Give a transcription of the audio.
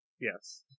Yes